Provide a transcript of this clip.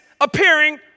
appearing